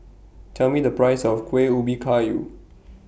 Tell Me The Price of Kueh Ubi Kayu